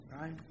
right